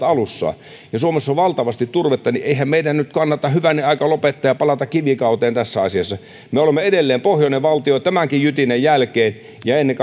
alussa kun suomessa on valtavasti turvetta niin eihän meidän nyt kannata hyvänen aika lopettaa ja palata kivikauteen tässä asiassa me olemme edelleen pohjoinen valtio tämänkin jytinän jälkeen ja ennen